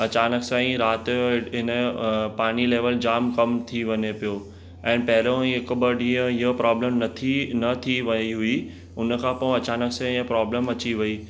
अचानक सांई राति जो हिन जो पाणी लैवल जामु कमु थी वञे पियो ऐं पहिरों ई हिकु ॿ ॾींहुं ईअं प्रॉब्लम नथी न थी वई हुई उनखां पोइ अचानक सां इहा प्रॉब्लम अची वई